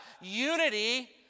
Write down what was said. unity